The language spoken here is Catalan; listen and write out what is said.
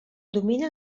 dominen